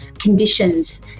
conditions